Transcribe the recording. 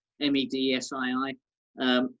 M-E-D-S-I-I